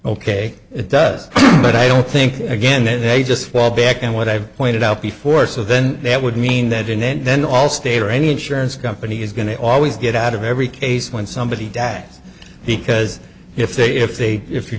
ok it does but i don't think again they just fall back and what i've pointed out before so then that would mean that in the end then all state or any insurance company is going to always get out of every case when somebody dies because if they if they if you